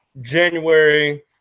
January